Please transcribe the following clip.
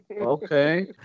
Okay